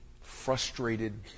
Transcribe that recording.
frustrated